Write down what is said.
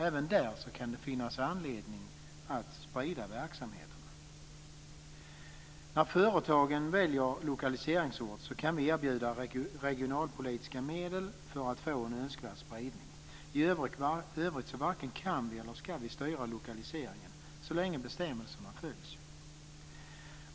Även där kan det finnas anledning att sprida verksamheterna. När företagen väljer lokaliseringsort kan vi erbjuda regionalpolitiska medel för att få en önskvärd spridning. I övrigt varken kan eller ska vi styra lokaliseringen så länge bestämmelserna följs.